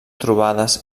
trobades